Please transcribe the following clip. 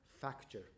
factor